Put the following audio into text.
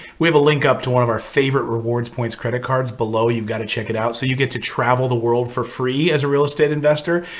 we have a link up to one of our favorite rewards points credit cards below. you've got to check it out. so you get to travel the world for free as a real estate investor.